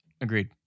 Agreed